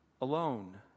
alone